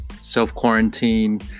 self-quarantine